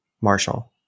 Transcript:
Marshall